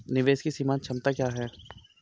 निवेश की सीमांत क्षमता क्या है?